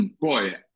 boy